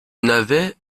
n’avais